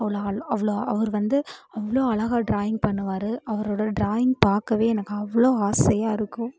அவ்வளோ அழ அவ்வளோ அவர் வந்து அவ்வளோ அழகாக டிராயிங் பண்ணுவார் அவரோடய ட்ராயிங் பார்க்கவே எனக்கு அவ்வளோ ஆசையாக இருக்கும்